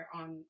on